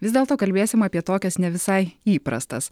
vis dėlto kalbėsim apie tokias ne visai įprastas